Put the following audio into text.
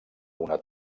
una